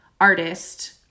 artist